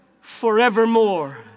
forevermore